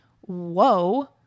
whoa